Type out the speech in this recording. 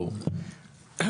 תודה רבה.